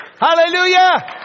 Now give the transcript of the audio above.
Hallelujah